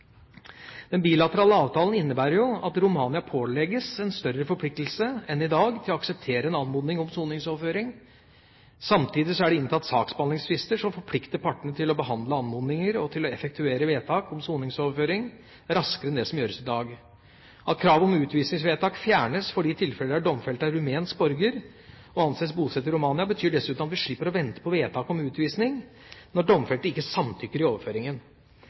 Den bilaterale avtalen innebærer at Romania pålegges en større forpliktelse enn i dag til å akseptere en anmodning om soningsoverføring. Samtidig er det inntatt saksbehandlingsfrister som forplikter partene til å behandle anmodninger og til å effektuere vedtak om soningsoverføring raskere enn det som gjøres i dag. At kravet om utvisningsvedtak fjernes for de tilfeller der domfelte er rumensk borger og anses bosatt i Romania, betyr dessuten at vi slipper å vente på vedtak om utvisning når domfelte ikke samtykker i overføringen.